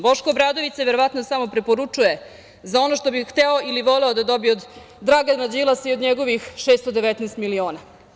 Boško Obradović se verovatno samo preporučuje za ono što bi hteo ili voleo da dobije od Dragana Đilasa i od njegovih 619 miliona.